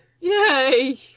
Yay